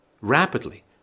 rapidly